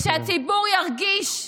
כשהציבור ירגיש,